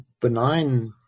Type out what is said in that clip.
benign